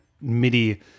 MIDI